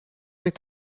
est